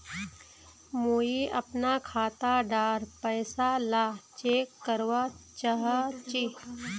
मुई अपना खाता डार पैसा ला चेक करवा चाहची?